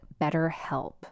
BetterHelp